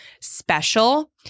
special